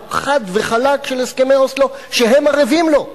חד-וחלק של הסכמי אוסלו שהם ערבים להם,